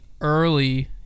early